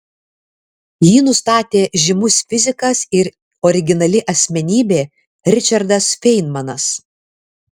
jį nustatė žymus fizikas ir originali asmenybė ričardas feinmanas